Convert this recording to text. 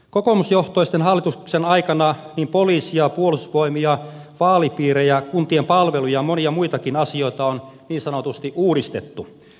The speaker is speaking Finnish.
kokoomusjohtoisten hallitusten aikana niin poliisia puolustusvoimia vaalipiirejä kuntien palveluja monia muitakin asioita on niin sanotusti uudistettu